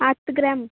ಹತ್ತು ಗ್ರಾಮ್